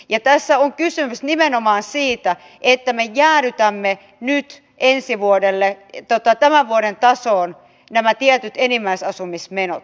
ja tässä on kysymys nimenomaan siitä että me jäädytämme nyt tämän vuoden tasoon nämä tietyt enimmäisasumismenot